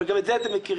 אבל גם את זה אתם מכירים.